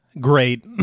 Great